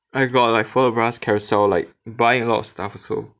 I got like follow their Carousell like buying a lot of stuff also